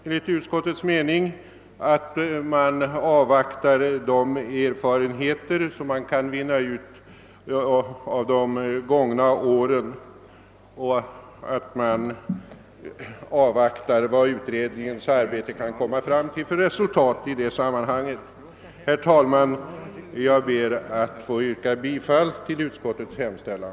Enligt utskottets mening torde det vara klokt att avvakta de erfarenheter som kan utvinnas av de gångna åren och att avvakta vad ut redningens arbete kan ge till resultat i detta sammanhang. Herr talman! Jag ber att få yrka bifall till utskottets hemställan.